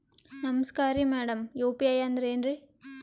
ನಮಸ್ಕಾರ್ರಿ madam UPI ಅಂದ್ರೆನ್ರಿ?